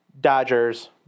Dodgers